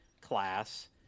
class